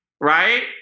right